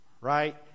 Right